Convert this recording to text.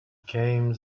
came